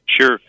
Sure